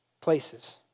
places